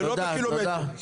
ולא בקילומטר.